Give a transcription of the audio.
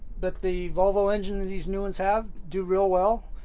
but the volvo engine is. these new ones have, do real well.